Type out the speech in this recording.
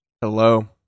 Hello